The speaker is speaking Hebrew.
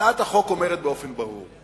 הצעת החוק אומרת באופן ברור: